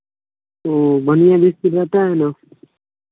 बढ़ियाँ बिस्किट रहता है ना